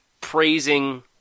praising